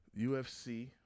UFC